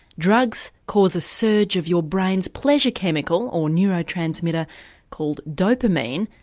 drugs cause a surge of your brain's pleasure chemical, or neurotransmitter called dopamine,